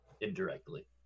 indirectly